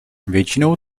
většinou